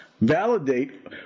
validate